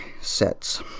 sets